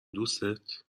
دوستت